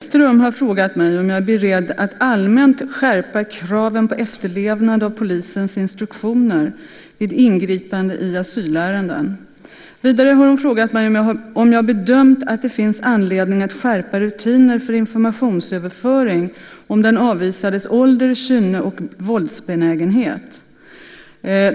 Herr talman! Lotta N Hedström har frågat mig om jag är beredd att allmänt skärpa kraven på efterlevnad av polisens instruktioner vid ingripande i asylärenden. Vidare har hon frågat mig om jag bedömt att det finns anledning att skärpa rutiner för informationsöverföring om den avvisades ålder, kynne och våldsbenägenhet.